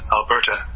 Alberta